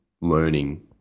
learning